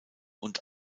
und